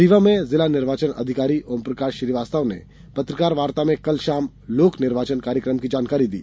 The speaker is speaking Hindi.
रीवा में जिला निर्वाचन अधिकारी ओमप्रकाश श्रीवास्तव ने पत्रकार वार्ता में कल शाम लोक निर्वाचन कार्यक्रम की जानकारी दी